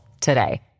today